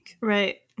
Right